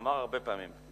אמר הרבה פעמים.